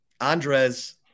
Andres